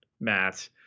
Matt